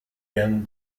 been